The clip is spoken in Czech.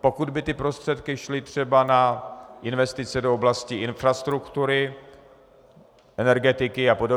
Pokud by ty prostředky šly třeba na investice do oblasti infrastruktury, energetiky apod.,